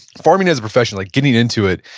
farming as a professional, getting into it,